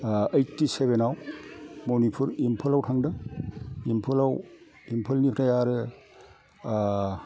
ओइथि सेभेनाव मणिपुर इमपलाव थांदों इमपलनिफ्राय आरो